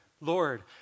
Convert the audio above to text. Lord